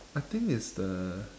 I think it's the